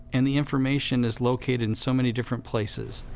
and the information is located in so many different places.